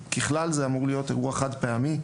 ככלל, זה אמור להיות אירוע חד פעמי,